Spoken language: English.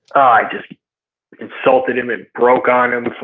i just insulted him and broke on him,